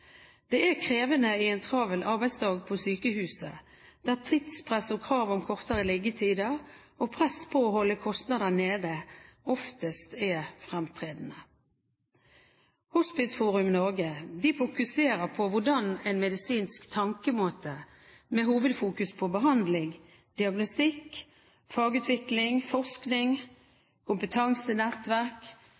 Det er krevende i en travel arbeidsdag på sykehuset, der tidspress og krav om kortere liggetider og press på å holde kostnader nede oftest er fremtredende. Hospiceforum Norge fokuserer på hvordan en medisinsk tenkemåte med hovedfokus på behandling, diagnostikk, fagutvikling, forskning, kompetansenettverk,